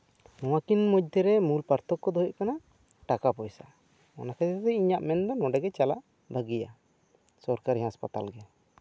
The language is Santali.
ᱱᱚᱶᱟᱠᱤᱱ ᱢᱚᱫᱽ ᱨᱮ ᱢᱩᱞ ᱯᱟᱨᱛᱷᱚᱠᱠᱚ ᱫᱚ ᱦᱩᱭᱩᱜ ᱠᱟᱱᱟ ᱴᱟᱠᱟᱼᱯᱚᱭᱥᱟ ᱚᱱᱟ ᱠᱷᱟᱹᱛᱤᱨ ᱛᱮ ᱤᱧᱟᱹᱜ ᱢᱮᱱ ᱱᱚᱸᱰᱮ ᱜᱮ ᱪᱟᱞᱟᱜ ᱵᱷᱟᱹᱜᱤᱭᱟ ᱥᱚᱨᱠᱟᱨᱤ ᱦᱟᱸᱥᱯᱟᱛᱟᱞ ᱜᱮ